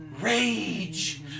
rage